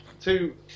two